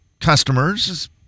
customers